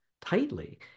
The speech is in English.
tightly